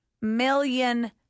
million